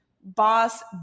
boss